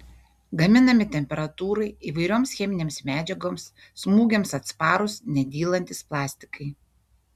gaminami temperatūrai įvairioms cheminėms medžiagoms smūgiams atsparūs nedylantys plastikai